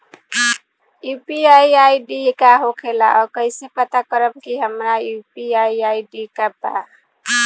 UPI ID का होखेला और कईसे पता करम की हमार यू.पी.आई आई.डी का बा?